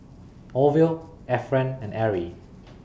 Orville Efren and Arrie